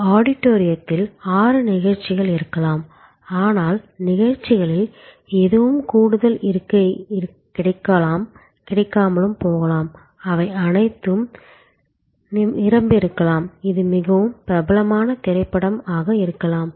ஒரு ஆடிட்டோரியத்தில் ஆறு நிகழ்ச்சிகள் இருக்கலாம் ஆனால் நிகழ்ச்சிகளில் எதுவுமே கூடுதல் இருக்கை கிடைக்காமல் இருக்கலாம் அவை அனைத்தும் நிரம்பியிருக்கலாம் இது மிகவும் பிரபலமான திரைப்படம் ஆக இருக்கலாம்